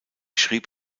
schrieb